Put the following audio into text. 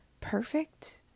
perfect